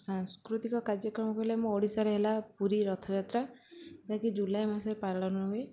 ସାଂସ୍କୃତିକ କାର୍ଯ୍ୟକ୍ରମ କହିଲେ ଆମ ଓଡ଼ିଶାରେ ହେଲା ପୁରୀ ରଥଯାତ୍ରା ଯାହାକି ଜୁଲାଇ ମାସରେ ପାଳନ ହୁଏ